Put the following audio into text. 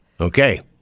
Okay